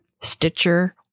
Stitcher